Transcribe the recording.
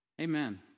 Amen